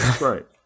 Right